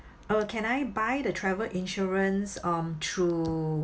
uh can I buy the travel insurance um through